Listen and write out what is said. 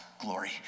glory